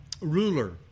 ruler